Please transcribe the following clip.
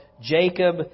Jacob